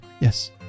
yes